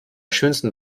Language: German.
schönsten